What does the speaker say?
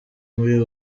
muri